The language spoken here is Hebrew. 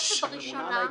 תודה רבה, יושב-ראש הוועדה.